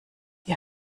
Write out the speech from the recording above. ihr